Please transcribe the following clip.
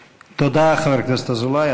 תודה, חבר הכנסת אזולאי.